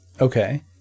Okay